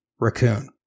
Raccoon